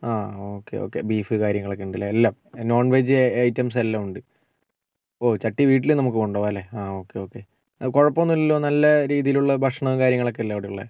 ആ okay okay beef കാര്യങ്ങളൊക്കെ ഉണ്ടല്ലേ എല്ലാം നോൺവെജ് ഐറ്റംസ് എല്ലാം ഉണ്ട് ഓ ചട്ടി വീട്ടിലും നമുക്ക് കൊണ്ടുപോകാലേ ആ ഓക്കെ ഓക്കെ കുഴപ്പമൊന്നുമില്ലല്ലോ നല്ല രീതിയിലുള്ള ഭക്ഷണം കാര്യങ്ങളൊക്കെ അല്ലേ അവിടെയുള്ളത്